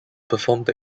performed